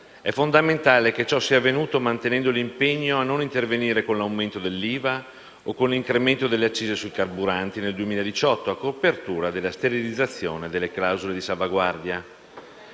È fondamentale che ciò sia avvenuto mantenendo l'impegno a non intervenire con aumenti dell'IVA o con l'incremento delle accise sui carburanti nel 2018 a copertura della sterilizzazione delle clausole di salvaguardia.